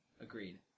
agreed